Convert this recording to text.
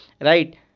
right